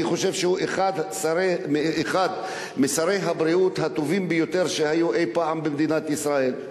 אני חושב שהוא אחד משרי הבריאות הטובים ביותר שהיו אי-פעם במדינת ישראל,